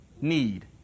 need